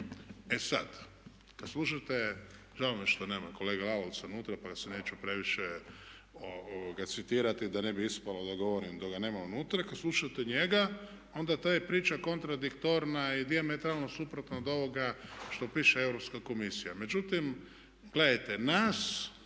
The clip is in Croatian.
E sad, kad slušate žao mi je što nema kolege Lalovca unutra, pa se neću previše citirati da ne bi ispalo da govorim dok ga nema unutra. Kad slušate njega, onda ta je priča kontradiktorna i dijametralno suprotna od ovoga što piše Europska komisija. Međutim, gledajte nas